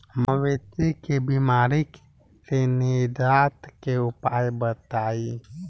मवेशी के बिमारी से निजात के उपाय बताई?